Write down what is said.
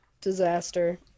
disaster